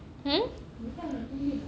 hmm